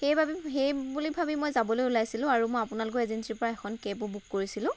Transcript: সেই বাবে সেই বুলি ভাবি মই যাবলৈ ওলাইছিলোঁ আৰু মই আপোনালোকৰ এজেঞ্চিৰ পৰা এখন কেবো বুক কৰিছিলোঁ